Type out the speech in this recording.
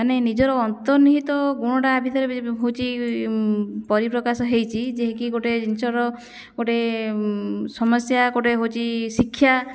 ମାନେ ନିଜର ଅନ୍ତର୍ନିହିତ ଗୁଣଟା ଆଭିତରେ ହେଉଛି ପରିପ୍ରକାଶ ହେଇଛି ଯେହେକି ଗୋଟେ ଜିନିଷର ଗୋଟେ ସମସ୍ୟା ଗୋଟେ ହେଉଛି ଶିକ୍ଷା